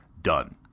Done